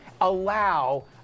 allow